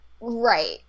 Right